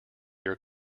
your